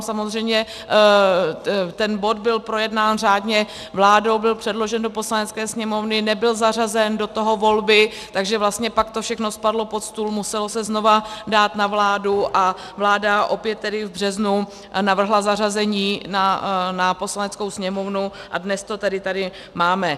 Samozřejmě ten bod byl projednán řádně, vládou byl předložen do Poslanecké sněmovny, nebyl zařazen, do toho volby, takže pak to všechno spadlo pod stůl, muselo se znovu dát na vládu a vláda opět tedy v březnu navrhla zařazení na Poslaneckou sněmovnu a dnes to tedy tady máme.